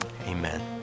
amen